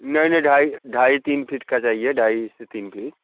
नहीं नहीं ढाई ढाई तीन फिट का चाहिए ढाई से तीन के लिए